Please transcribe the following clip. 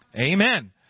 Amen